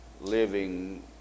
living